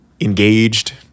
engaged